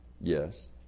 Yes